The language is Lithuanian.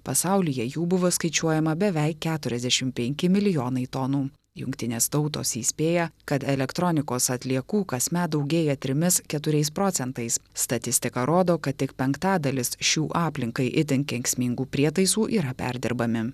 pasaulyje jų buvo skaičiuojama beveik keturiasdešim penki milijonai tonų jungtinės tautos įspėja kad elektronikos atliekų kasmet daugėja trimis keturiais procentais statistika rodo kad tik penktadalis šių aplinkai itin kenksmingų prietaisų yra perdirbami